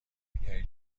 بیایید